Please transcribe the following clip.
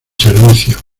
servicio